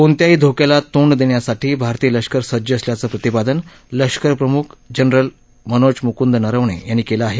कोणत्याही धोक्याला तोंड देण्यासाठी भारतीय लष्कर सज्ज असल्याचं प्रतिपादन लष्कर प्रमुख जनरल मनोज मुकूंद नरवणे यांनी केलं आहे